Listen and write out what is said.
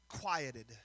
quieted